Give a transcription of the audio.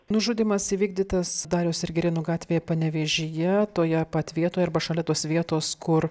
nužudymas įvykdytas dariaus ir girėno gatvėj panevėžyje toje pat vietoje arba šalia tos vietos kur